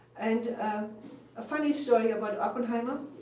and ah a funny story about oppenheimer.